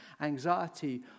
anxiety